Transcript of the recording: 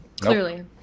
Clearly